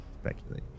speculate